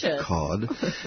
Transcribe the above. cod